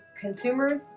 consumers